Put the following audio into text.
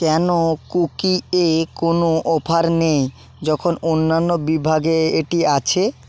কেন কুকি এ কোনও অফার নেই যখন অন্যান্য বিভাগে এটি আছে